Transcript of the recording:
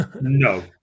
No